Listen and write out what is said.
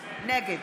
נגד